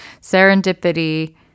serendipity